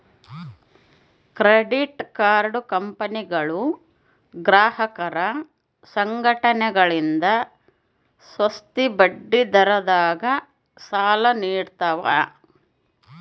credit card ಕಂಪನಿಗಳು ಗ್ರಾಹಕರ ಸಂಘಟನೆಗಳಿಂದ ಸುಸ್ತಿ ಬಡ್ಡಿದರದಾಗ ಸಾಲ ನೀಡ್ತವ